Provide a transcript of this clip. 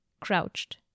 crouched